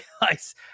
guys